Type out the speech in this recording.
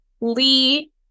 Lee